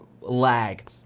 lag